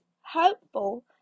hopeful